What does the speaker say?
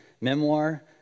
memoir